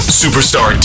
superstar